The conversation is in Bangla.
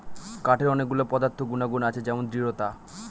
কাঠের অনেক গুলো পদার্থ গুনাগুন আছে যেমন দৃঢ়তা